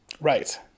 Right